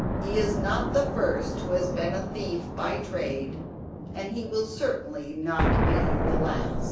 he is not the first who has been a thief by trade and he will certainly not be the last